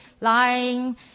lying